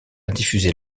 diffuser